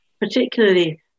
particularly